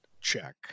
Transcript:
check